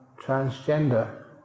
transgender